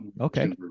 okay